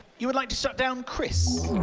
you would like to shut down chris.